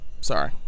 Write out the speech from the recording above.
Sorry